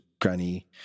granny